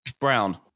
Brown